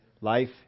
life